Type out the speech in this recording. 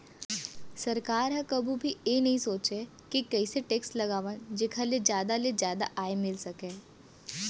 सरकार ह कभू भी ए नइ सोचय के कइसे टेक्स लगावन जेखर ले जादा ले जादा आय मिल सकय